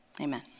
amen